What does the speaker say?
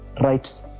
right